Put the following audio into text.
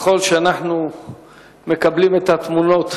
ככל שאנחנו מקבלים את התמונות